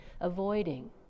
avoiding